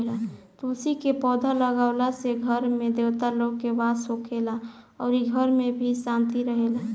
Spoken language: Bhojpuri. तुलसी के पौधा लागावला से घर में देवता लोग के वास होला अउरी घर में भी शांति रहेला